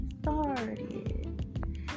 started